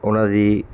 ਉਨ੍ਹਾਂ ਦੀ